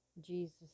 Jesus